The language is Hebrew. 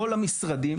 כל המשרדים